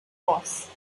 horse